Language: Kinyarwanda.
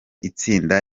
itsinda